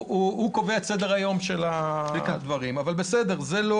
אבל בסדר, זה לא